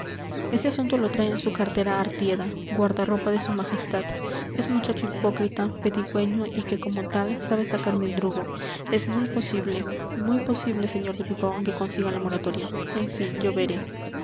ese asunto lo trae en su cartera artieda guardarropa de su majestad es muchacho hipócrita pedigüeño y que como tal sabe sacar mendrugo es muy posible muy posible señor de pipaón que consiga la moratoria en fin yo veré